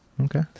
Okay